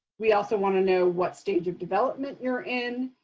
we also want to know what stage of development you're in.